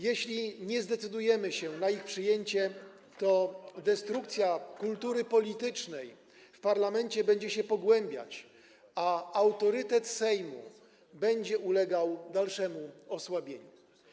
Jeśli nie zdecydujemy się na ich przyjęcie, to destrukcja kultury politycznej w parlamencie będzie się pogłębiać, a autorytet Sejmu będzie ulegał dalszemu osłabieniu.